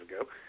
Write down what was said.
ago